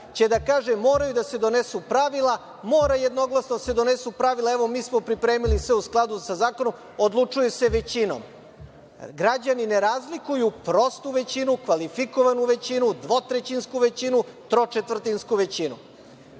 će da kaže – moraju da se donesu pravila, mora jednoglasno da se donesu pravila, evo, mi smo pripremili sve u skladu sa zakonom, odlučuje se većinom. Građani ne razlikuju prostu većinu, kvalifikovanu većinu, dvotrećinsku većinu, tročetvrtinsku većinu. Potpuno